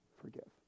forgive